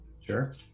Sure